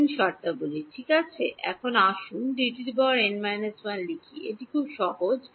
N শর্তাবলী ঠিক আছে এখন আসুন D n − 1 লিখি এটি সহজ